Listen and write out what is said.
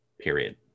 period